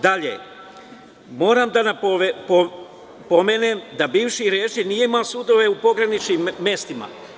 Dalje, moram da napomenem da bivši režim nije imao sudove u pograničnim mestima.